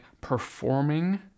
performing